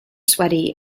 sweaty